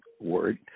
word